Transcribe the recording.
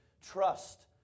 trust